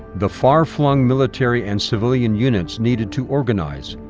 the far-flung military and civilian units needed to organize,